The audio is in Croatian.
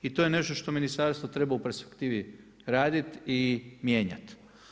I to je nešto što ministarstvo treba u perspektivi raditi i mijenjati.